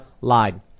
lied